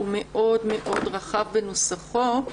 הוא מאוד מאוד רחב בנוסחו,